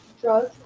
drugs